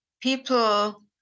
People